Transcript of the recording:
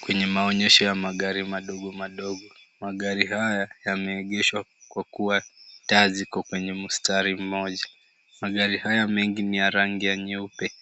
Kwenye maonyesho ya magari madogo madogo. Magari haya yameegeshwa kwa kuwa taa ziko kwenye mstari mmoja. Magari haya mengi ni ya rangi ya nyeupe,